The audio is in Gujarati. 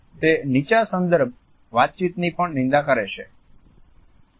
તે નીચા સંદર્ભ વાતચીતની પણ નિંદા કરે છે